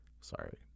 sorry